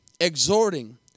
exhorting